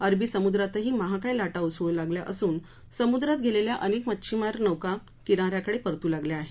अरबी समुद्रातही महाकाय लाटा उसळू लागल्या असून समुद्रात गेलेल्या अनेक मच्छिमार नौका किनार्या कडे परतू लागल्या आहेत